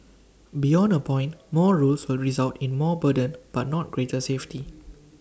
beyond A point more rules will result in more burden but not greater safety